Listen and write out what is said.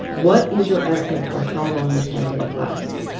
what is your estimate for how long the pandemic lasts?